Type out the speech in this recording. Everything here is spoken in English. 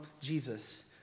Jesus